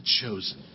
chosen